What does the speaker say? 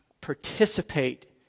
participate